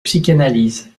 psychanalyse